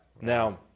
Now